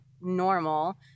normal